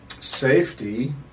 Safety